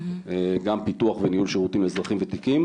גם פיתוח וניהול שירותים לאזרחים וותיקים.